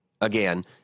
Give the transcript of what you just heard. again